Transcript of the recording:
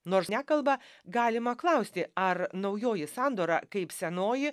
nors nekalba galima klausti ar naujoji sandora kaip senoji